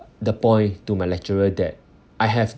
the point to my lecturer that I have